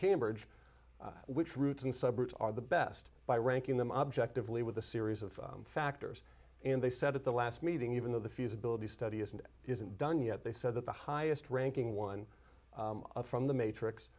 cambridge which routes and suburbs are the best by ranking them objectively with a series of factors and they said at the last meeting even though the fuse ability study is and isn't done yet they said that the highest ranking one from the matrix